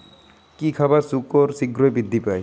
কি খাবালে শুকর শিঘ্রই বৃদ্ধি পায়?